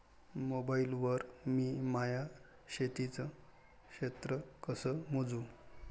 Mobile वर मी माया शेतीचं क्षेत्र कस मोजू?